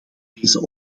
deze